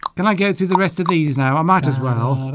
can i go through the rest of these now i might as well